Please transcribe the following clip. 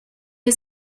wir